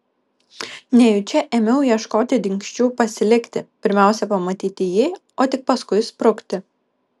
nejučia ėmiau ieškoti dingsčių pasilikti pirmiausia pamatyti jį o tik paskui sprukti